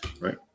right